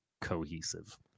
cohesive